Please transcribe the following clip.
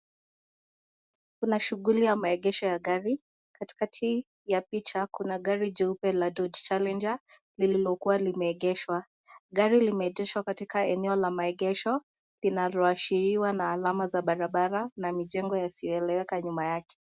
Kuna shughuli ya maegesho ya gari, katikati ya picha kuna gari jeupe ya Dodge challenger lililokuwa limeegeshwa. Gari limeegeshwa katika maeneo ya maegesho linaloashiriwa na alama za barabara na mijengo yasiyoeleweka nyuma yake.